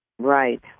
Right